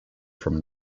from